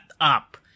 up